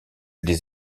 des